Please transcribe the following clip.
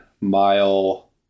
mile